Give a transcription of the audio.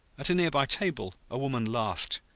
at a near-by table a woman laughed,